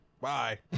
Bye